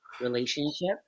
relationship